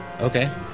okay